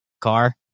car